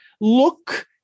look